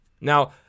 Now